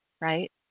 right